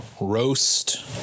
roast